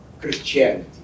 Christianity